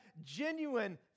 genuine